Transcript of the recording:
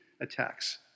attacks